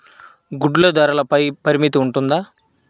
గుడ్లు ధరల పై పరిమితి ఉంటుందా?